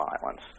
violence